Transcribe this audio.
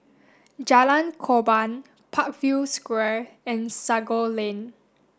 Jalan Korban Parkview Square and Sago Lane